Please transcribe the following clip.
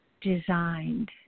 designed